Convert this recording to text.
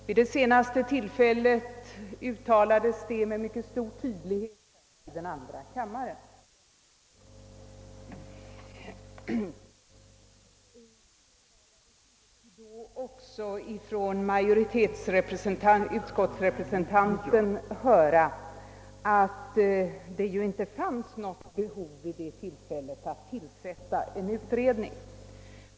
Vid det senaste tillfället uttalades detta med mycket stor tydlighet här i andra kammaren, och vi fick då också av talesmannen för utskottsmajoriteten höra att det inte fanns något behov av att tillsätta en utredning.